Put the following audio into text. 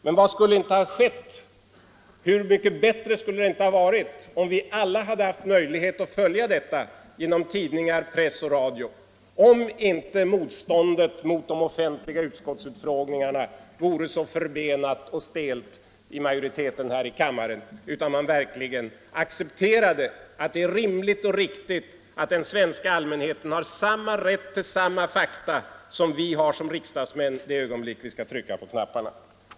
Men hur mycket bättre skulle det inte ha varit, om vi alla hade haft möjlighet att följa detta genom tidningar, press och radio, om inte motståndet mot de offentliga utskottsutfrågningarna vore så förbenat och stelt bland majoriteten i denna kammare utan man verkligen hade accepterat att det är rimligt och riktigt att den svenska allmänheten har samma rätt till fakta som vi har som riksdagsmän inför det ögonblick när vi skall trycka på knapparna.